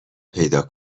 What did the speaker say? پیدا